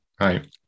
right